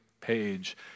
page